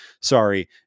Sorry